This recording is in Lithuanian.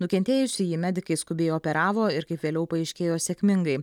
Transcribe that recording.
nukentėjusįjį medikai skubiai operavo ir kaip vėliau paaiškėjo sėkmingai